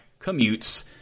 commutes